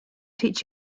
teach